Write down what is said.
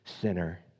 sinner